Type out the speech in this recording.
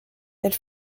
elle